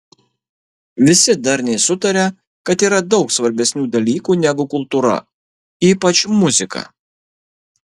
visi darniai sutaria kad yra daug svarbesnių dalykų negu kultūra ypač muzika